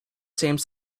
same